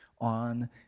on